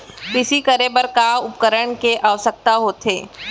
कृषि करे बर का का उपकरण के आवश्यकता होथे?